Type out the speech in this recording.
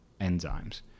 enzymes